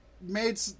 made